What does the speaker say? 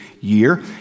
year